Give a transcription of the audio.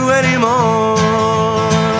anymore